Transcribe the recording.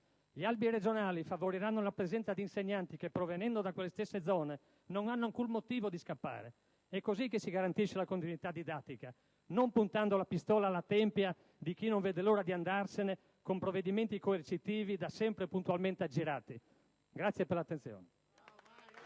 Gli albi regionali favoriranno la presenza di insegnanti che, provenendo da quelle stesse zone, non hanno alcun motivo di scappare. È così che si garantisce la continuità didattica, non puntando la pistola alla tempia di chi non vede l'ora di andarsene, con provvedimenti coercitivi da sempre puntualmente aggirati. *(Applausi